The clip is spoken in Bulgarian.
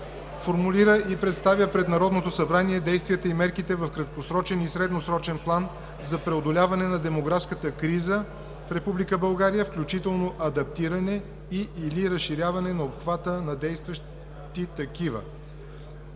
Формулира и представя пред Народното събрание действията и мерките в краткосрочен и средносрочен план за преодоляване на демографската криза в Република България, включително адаптиране и/или разширяване на обхвата на действащи такива.